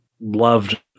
loved